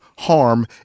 harm